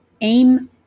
aim